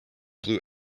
blue